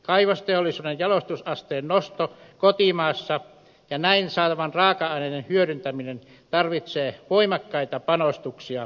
kaivosteollisuuden jalostusasteen nosto kotimaassa ja näin saatavien raaka aineiden hyödyntäminen tarvitsee voimakkaita panostuksia valtion taholta